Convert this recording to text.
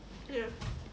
ya